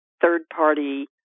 third-party